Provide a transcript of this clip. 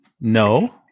No